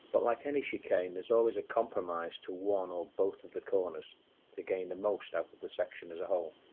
but like any chicane there's always a compromise to one or both of the corners to gain the most out of the section as a whole.